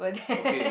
okay